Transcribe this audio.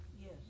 Yes